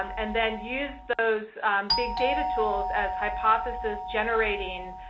um and then use those big data tools as hypothesis-generating